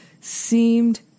seemed